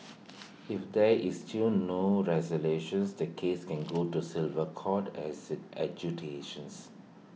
if there is still no resolutions the case can go to sliver court as